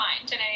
today